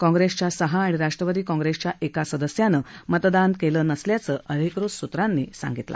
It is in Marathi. काँग्रेसच्या सहा आणि राष्ट्रवादी काँग्रेसच्या एका सदस्यानं मतदान केलं नसल्याचं अधिकृत स्त्रांनी सांगितलं